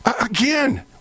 again